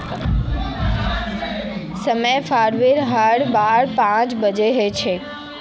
सेमेर हर फलीत चार पांच बीज ह छेक